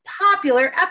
popular